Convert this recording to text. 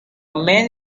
man